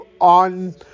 on